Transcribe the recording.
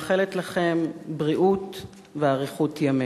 ומאחלת לכם בריאות ואריכות ימים.